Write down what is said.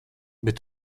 bet